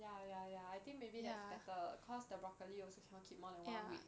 ya ya ya I think maybe that's better cause the broccoli also cannot keep more than one week